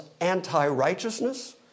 anti-righteousness